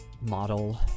model